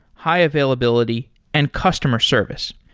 high-availability and customer service.